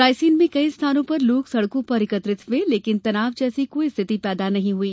रायसेन में कई स्थानों पर लोग सड़कों पर एकत्रित हुए लेकिन तनाव जैसी कोई स्थिति पैदा नहीं हुई